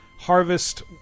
harvest